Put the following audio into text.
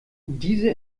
diese